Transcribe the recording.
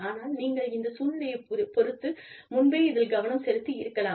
ஆனால் நீங்கள் இந்த சூழ்நிலையைப் பொறுத்து முன்பே இதில் கவனம் செலுத்தி இருக்கலாம்